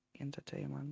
entertainment